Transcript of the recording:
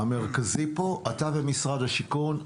אתה ומשרד השיכון.